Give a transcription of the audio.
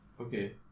Okay